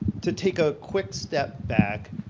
to take a quick step back,